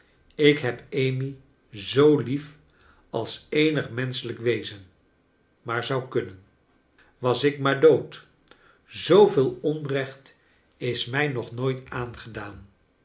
ik heb amy zoo lief als eenig menschelijk wezen maar zou kunnen was ik maar dood zooveel onrecht is mij nog nooit aangedaan